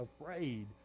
afraid